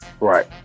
Right